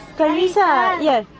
clarissa? yes.